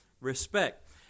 Respect